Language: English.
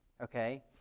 Okay